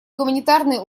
гуманитарные